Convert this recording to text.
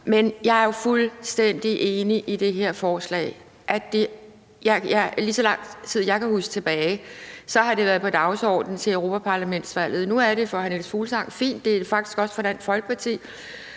Men jeg er jo fuldstændig enig i det her forslag. Lige så lang tid jeg kan huske tilbage, har det været på dagsordenen til europaparlamentsvalget. Nu er det på igen – denne gang med hr. Niels Fuglsang – og det er det faktisk også for Dansk Folkeparti.